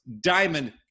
diamond